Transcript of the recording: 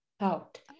out